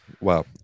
Wow